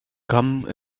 come